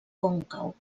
còncau